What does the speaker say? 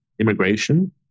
immigration